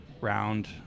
round